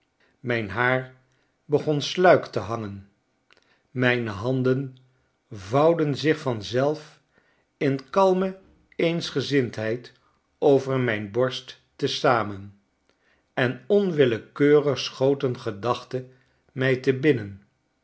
mijn haar begon sluik te hangen mijne handen vouwden zich vanzelf in kalme eensgezindheid over mijn borst te zamen en on willekeurig schoten gedachten mij te binnen